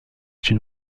une